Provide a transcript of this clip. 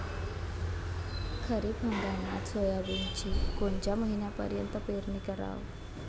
खरीप हंगामात सोयाबीनची कोनच्या महिन्यापर्यंत पेरनी कराव?